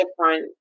different